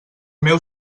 meu